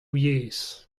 yezh